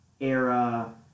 era